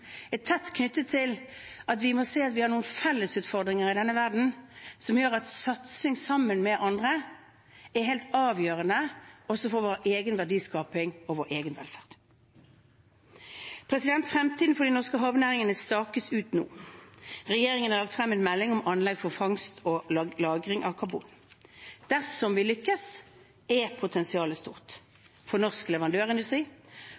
tett knyttet til at vi må se at vi har noen felles utfordringer i denne verden som gjør at satsing sammen med andre er helt avgjørende også for vår egen verdiskaping og vår egen velferd. Fremtiden for de norske havnæringene stakes ut nå. Regjeringen har lagt frem en melding om anlegg for fangst og lagring av karbon. Dersom vi lykkes, er potensialet